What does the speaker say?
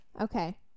Okay